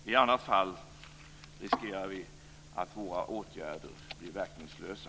I annat fall riskerar vi att våra åtgärder blir verkningslösa.